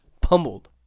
pummeled